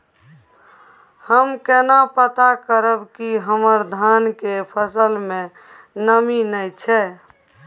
हम केना पता करब की हमर धान के फसल में नमी नय छै?